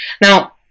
Now